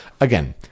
again